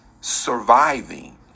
surviving